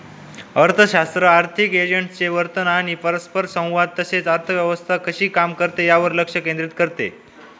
अर्थशास्त्र आर्थिक एजंट्सचे वर्तन आणि परस्परसंवाद तसेच अर्थव्यवस्था कशी काम करते यावर लक्ष केंद्रित करते